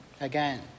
again